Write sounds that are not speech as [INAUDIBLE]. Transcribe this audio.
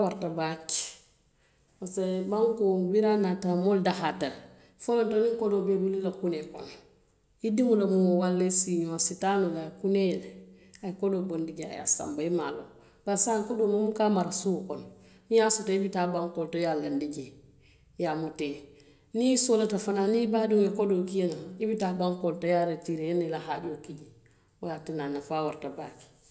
[UNINTELLIGIBLE] baake pasiko bankoo biriŋ a naata, moolu dahaata le, folonto niŋ kodoo be i bulu i la kunnee kono, i diŋo lemu walla i siiñoo a si taa noo le a ye kunnee yele, a ye kodoo bondi jee a ye a sanba i maŋ a loŋ bari saayiŋ kodoo moo buka a mara suo kono niŋ i ye a soto i be taa bankoo le to, i ye a laandi jee, i ye a muta i ye, niŋ i soolata fanaŋ niŋ i baadiŋo ye kodoo kii ye naŋ i ye i bi taa bankoo le to, i a rotiiree i ye naa i la haajoo ki jee wo le ye a tinna a nafaa warata baake.